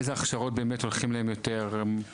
איזה הכשרות באמת הולכים אליהם יותר בפריפריה,